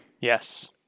Yes